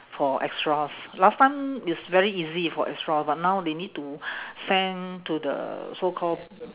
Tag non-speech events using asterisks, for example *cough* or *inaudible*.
for extras last time it's very easy for extra but now they need to *breath* send to the so call